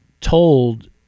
told